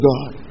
God